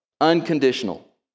unconditional